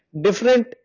Different